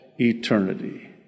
eternity